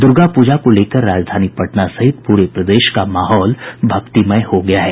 दूर्गा पूजा को लेकर राजधानी पटना सहित पूरे प्रदेश का माहौल भक्तिमय हो गया है